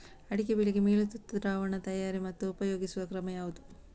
ಅಡಿಕೆ ಬೆಳೆಗೆ ಮೈಲುತುತ್ತು ದ್ರಾವಣ ತಯಾರಿ ಮತ್ತು ಉಪಯೋಗಿಸುವ ಕ್ರಮ ಹೇಗೆ?